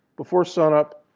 before sun up.